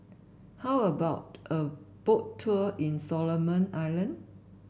how about a Boat Tour in Solomon Island